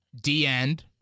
D-end